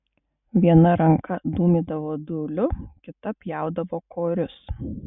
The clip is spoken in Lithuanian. viena ranka dūmydavo dūliu kita pjaudavo korius